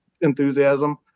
enthusiasm